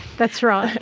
that's right.